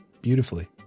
beautifully